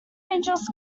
angels